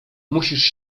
musisz